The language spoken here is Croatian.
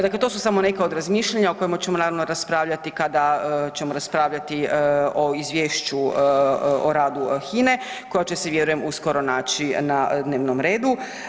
Dakle, to su samo neka od razmišljanja o kojima ćemo naravno raspravljati kada ćemo raspravljati o izvješću o radu HINA-e koja će se vjerujem uskoro naći na dnevnom redu.